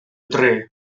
dref